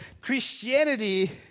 Christianity